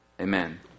Amen